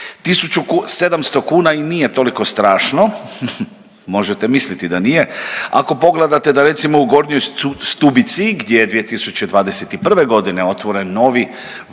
1700 kuna i nije toliko strašno, možete misliti da nije, ako pogledate, da recimo, u Gornjoj Stubici, gdje je 2021. g. otvoren novi vrlo